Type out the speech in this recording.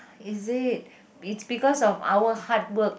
is it it's because of our hard work